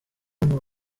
muri